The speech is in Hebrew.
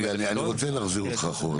רגע, אני רוצה להחזיר אותך אחורה.